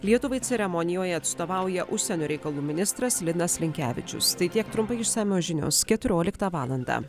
lietuvai ceremonijoje atstovauja užsienio reikalų ministras linas linkevičius tai tiek trumpai išsamios žinios keturioliktą valandą